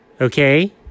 Okay